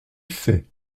fait